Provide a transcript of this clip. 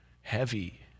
Heavy